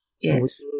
yes